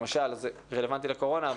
זה רלבנטי לקורונה,